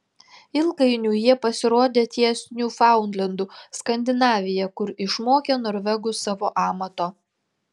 ilgainiui jie pasirodė ties niufaundlendu skandinavija kur išmokė norvegus savo amato